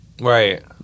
Right